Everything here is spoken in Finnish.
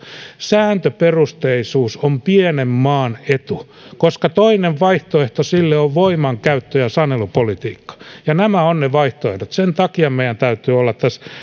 sääntöperusteisuus on pienen maan etu koska toinen vaihtoehto sille on voimankäyttö ja sanelupolitiikka nämä ovat ne vaihtoehdot sen takia meidän täytyy olla tässä